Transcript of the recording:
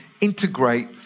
integrate